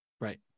Right